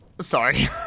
Sorry